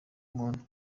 muntu